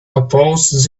oppose